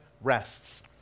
rests